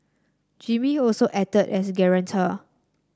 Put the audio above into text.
Jimmy also acted as guarantor